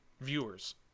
viewers